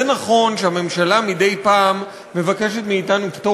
זה נכון שהממשלה מדי פעם מבקשת מאתנו פטור